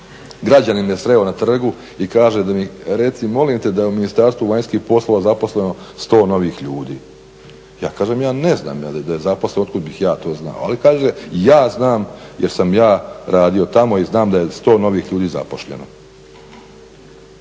građanin me sreo na trgu i kaže reci molim te da je u Ministarstvu vanjskih poslova zaposleno 100 novih ljudi. Ja kažem ja ne znam je li zaposleno, otkud bih ja to znao, ali kaže ja znam jer sam ja radio tamo i znam da je 100 novih ljudi zaposleno.